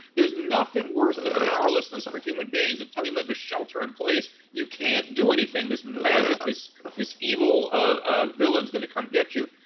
there's nothing worse than powerlessness for human beings and telling them to shelter in place, you can't do anything, this magic, this this evil ah villain's gonna come get you.